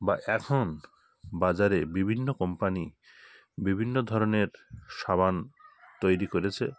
বা এখন বাজারে বিভিন্ন কোম্পানি বিভিন্ন ধরনের সাবান তৈরি করেছে